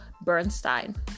bernstein